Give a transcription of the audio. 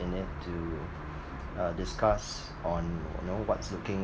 in it to uh discuss on you know what's looking